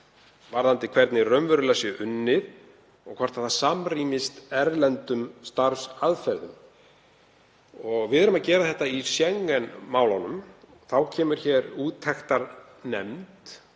varðandi hvernig raunverulega sé unnið og hvort það samrýmist erlendum starfsaðferðum. Við erum að gera þetta í Schengen-málunum. Þá kemur hér úttektarnefnd